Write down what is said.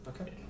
Okay